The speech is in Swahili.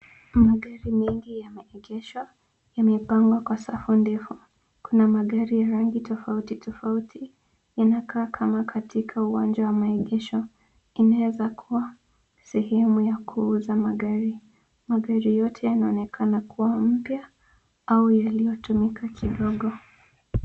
Magari mengi yameegeshwa yamepangwa kwa safu ndefu. Kuna magari ya rangi tofauti tofauti inakaa kama katika uwanja wa maegesho inaeza kuwa sehemu ya kuuza magari. Magari yote yanaonekana kuwa mpya au yaliyotumika kidogo.